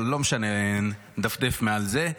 אבל לא משנה, נדפדף מעל זה.